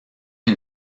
une